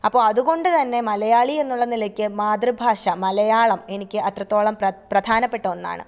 അപ്പോൾ അതുകൊണ്ടുതന്നെ മലയാളി എന്നുള്ള നിലയ്ക്ക് മാതൃഭാഷ മലയാളം എനിക്ക് അത്രത്തോളം പ്രധാനപ്പെട്ട ഒന്നാണ്